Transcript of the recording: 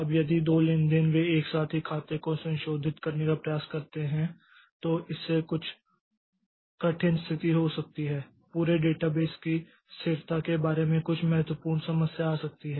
अब यदि दो लेनदेन वे एक साथ एक ही खाते को संशोधित करने का प्रयास करते हैं तो इससे कुछ कठिन स्थिति हो सकती है पूरे डेटाबेस की स्थिरता के बारे में कुछ महत्वपूर्ण समस्या आ सकती है